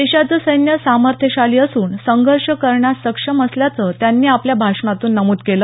देशाचं सैन्य सामर्थ्यशाली असून संघर्ष करण्यास सक्षम असल्याचं त्यांनी आपल्या भाषणातून नमूद केलं